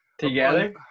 together